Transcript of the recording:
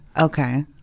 okay